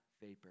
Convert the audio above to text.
vapor